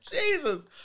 Jesus